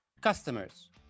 customers